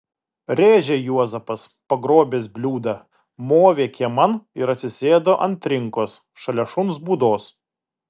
rėžė juozapas pagrobęs bliūdą movė kieman ir atsisėdo ant trinkos šalia šuns būdos